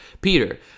Peter